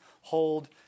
hold